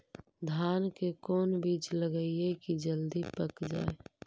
धान के कोन बिज लगईयै कि जल्दी पक जाए?